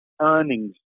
Earnings